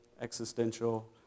existential